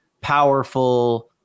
powerful